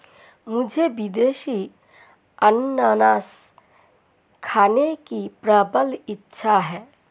मुझे विदेशी अनन्नास खाने की प्रबल इच्छा है